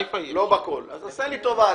אז עשה לי טובה.